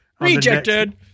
Rejected